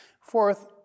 Fourth